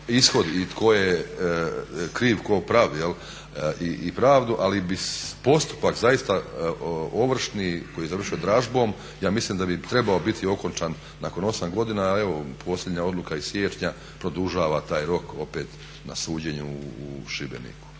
ishod i tko je kriv tko prav, i pravdu ali bi postupak zaista ovršni koji je završio dražbom, ja mislim da bi trebao biti okončan nakon 8 godina. A evo posljednja odluka iz siječnja produžava taj rok opet na suđenju u Šibeniku.